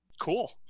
Cool